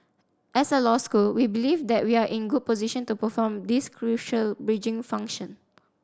as a law school we believe that we are in a good position to perform this crucial bridging function